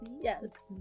Yes